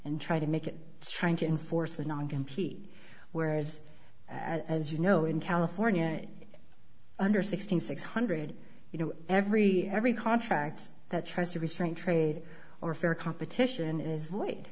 and try to make it trying to enforce the non compete whereas as you know in california under sixteen six hundred you know every every contract that tries to restrain trade or fair competition is void